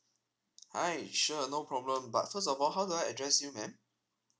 hi sure no problem but first of all how do I address you ma'am